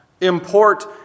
import